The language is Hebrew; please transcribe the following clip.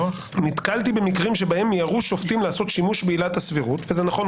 נתקלתי במקרים שבהם מיהרו שופטים לעשות שימוש בעילת הסבירות זה נכון,